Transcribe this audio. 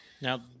Now